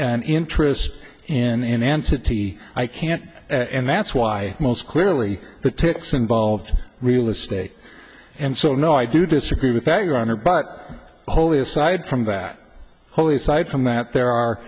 and interest in entity i can't and that's why most clearly the tics involved real estate and so no i do disagree with that your honor but wholly aside from that wholly aside from that there are